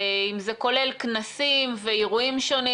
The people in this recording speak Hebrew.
אם זה כולל כנסים ואירועים שונים?